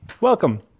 Welcome